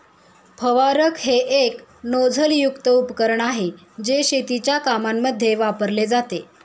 फवारक हे एक नोझल युक्त उपकरण आहे, जे शेतीच्या कामांमध्ये वापरले जाते